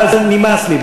אבל זה נמאס לי,